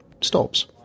stops